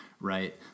right